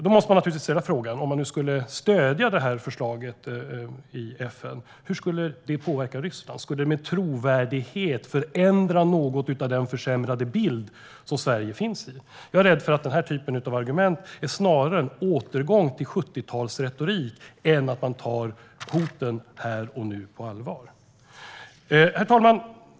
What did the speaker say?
Om vi ska stödja det här förslaget i FN måste vi fråga oss hur det skulle påverka Ryssland. Skulle det med trovärdighet förändra den försämrade bild som Sverige finns med i? Jag är rädd för att den här typen av argument snarare är en återgång till 70-talsretorik än att man tar hoten här och nu på allvar. Herr talman!